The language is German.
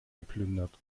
geplündert